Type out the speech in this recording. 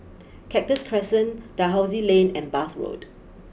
Cactus Crescent Dalhousie Lane and Bath Road